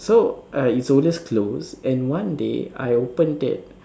so uh it always closed and one day I opened it